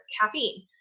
caffeine